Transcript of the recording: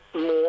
more